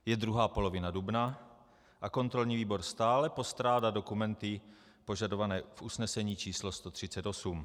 Je druhá polovina dubna a kontrolní výbor stále postrádá dokumenty požadované v usnesení číslo 138.